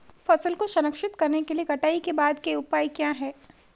फसल को संरक्षित करने के लिए कटाई के बाद के उपाय क्या हैं?